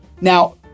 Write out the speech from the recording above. Now